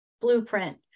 blueprint